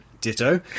Ditto